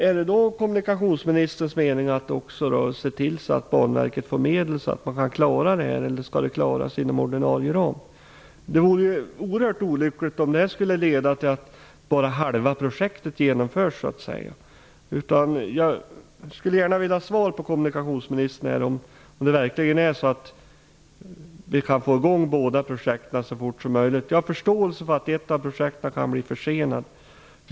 Är det kommunikationsministerns mening att se till att Banverket får medel så att man kan klara av detta, eller skall det klaras av inom den ordinarie ramen? Det vore oerhört olyckligt om detta skulle leda till att bara halva projektet genomförs, så att säga. Jag skulle gärna vilja veta av kommunikationsministern om vi kan få i gång båda projekten så fort som möjligt. Jag har förståelse för att ett av projekten kan bli försenat.